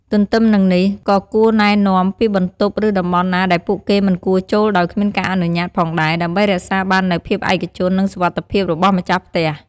ទន្ទឹមនឹងនេះ ក៏គួរណែនាំពីបន្ទប់ ឬតំបន់ណាដែលពួកគេមិនគួរចូលដោយគ្មានការអនុញ្ញាតផងដែរ ដើម្បីរក្សាបាននូវភាពឯកជន និងសុវត្ថិភាពរបស់ម្ចាស់ផ្ទះ។